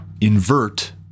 invert